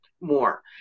more